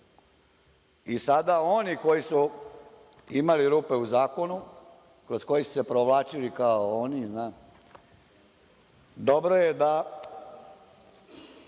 i sada oni koji su imali rupe u zakonu, kroz koje su se provlačili kao oni. Dobro je da,